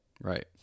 Right